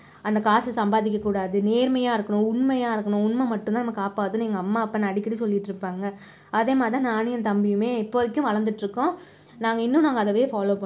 அந்த காசு சம்பாதிக்க கூடாது நேர்மையாக இருக்கணும் உண்மையாக இருக்கணும் உண்மை மட்டும் தான் நம்மை காப்பாற்றும்னு எங்கள் அம்மா அப்பா அடிக்கடி சொல்லிட்டு இருப்பாங்க அதே மாதிரிதான் நானும் என் தம்பியுமே இப்போது வரைக்கும் வளர்ந்துட்டு இருக்கோம் நாங்கள் இன்னும் நாங்கள் அதயே ஃபாலோ பண்ணுவோம்